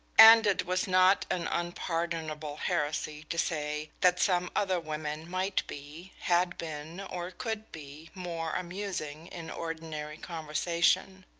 and it was not an unpardonable heresy to say that some other women might be, had been, or could be, more amusing in ordinary conversation.